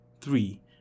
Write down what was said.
Three